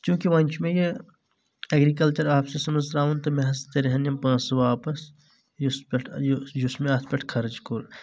چوٗنٛکہِ وۄنۍ چھُ مےٚ یہِ اٮ۪گرِکلچر آفسس منٛز ترٛاوُن مےٚ حظ ترَن یِم پونٛسہِ واپس یُس پٮ۪ٹھ یُس یُس مےٚ اتھ پٮ۪ٹھ خرٕچ کوٚر